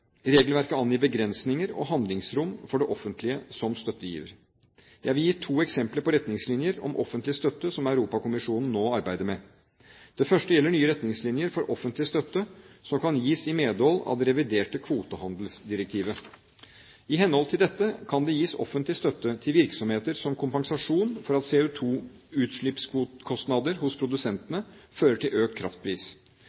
Regelverket angir begrensninger og handlingsrom for det offentlige som støttegiver. Jeg vil gi to eksempler på retningslinjer om offentlig støtte som Europakommisjonen nå arbeider med: Det første gjelder nye retningslinjer for offentlig støtte som kan gis i medhold av det reviderte kvotehandelsdirektivet. I henhold til dette kan det gis offentlig støtte til virksomheter som kompensasjon for at CO2-utslippskostnader hos